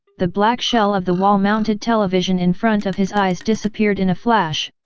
the black shell of the wall-mounted television in front of his eyes disappeared in a flash,